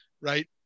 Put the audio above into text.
right